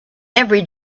every